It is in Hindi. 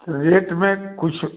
तो रेट में कुछ